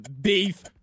beef